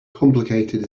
complicated